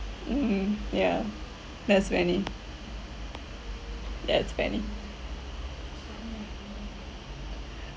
mm yeah that's bennie that's bennie